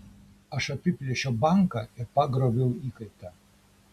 aš apiplėšiau banką ir pagrobiau įkaitą